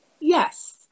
Yes